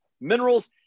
minerals